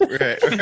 right